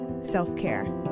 self-care